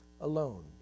alone